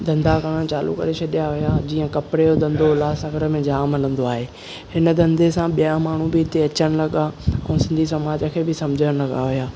धंधा करणु चालू करे छॾिया हुआ जीअं कपिड़े जो धंधो उल्हासनगर में जाम हलंदो आहे हिन धंधे सां ॿिया माण्हू बि हिते अचणु लॻा ऐं सिंधी समाज खे बि सम्झणु लॻा हुआ